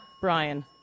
Brian